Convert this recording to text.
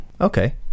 Okay